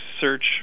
search